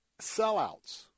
sellouts